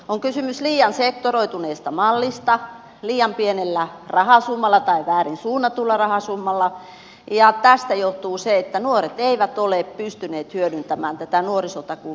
on kysymys liian sektoroituneesta mallista liian pienellä rahasummalla tai väärin suunnatulla rahasummalla ja tästä johtuu se että nuoret eivät ole pystyneet hyödyntämään tätä nuorisotakuun mahdollisuutta